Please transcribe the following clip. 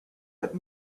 that